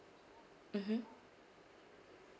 mmhmm